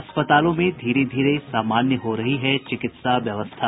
अस्पतालों में धीरे धीरे सामान्य हो रही है चिकित्सा व्यवस्था